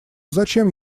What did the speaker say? зачем